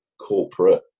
corporate